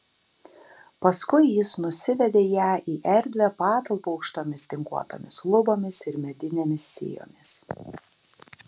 paskui jis nusivedė ją į erdvią patalpą aukštomis tinkuotomis lubomis ir medinėmis sijomis